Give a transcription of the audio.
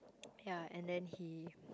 ya and then he